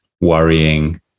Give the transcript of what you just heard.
worrying